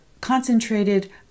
concentrated